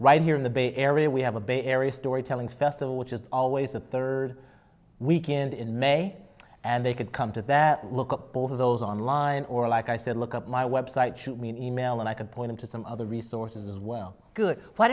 right here in the bay area we have a bay area storytelling festival which is always the third weekend in may and they could come to that look up both of those online or like i said look up my web site shoot me an email and i can point to some other resources as well good why